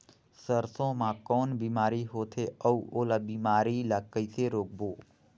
सरसो मा कौन बीमारी होथे अउ ओला बीमारी ला कइसे रोकबो?